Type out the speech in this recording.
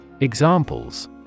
Examples